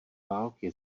války